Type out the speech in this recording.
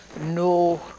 no